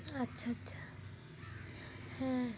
আচ্ছা আচ্ছা হ্যাঁ